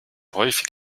häufig